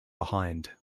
behind